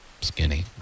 skinny